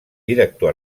director